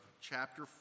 chapter